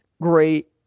great